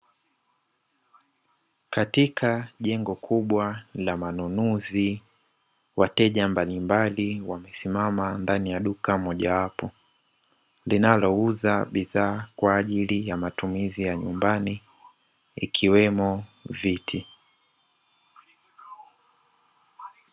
Katika jengo kubwa la manunuzi, wateja mbalimbali wamesimama ndani ya duka moja wapo linalouza bidhaa kwaajili ya matumizi ya nyumbani ikiwemo viti.